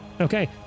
Okay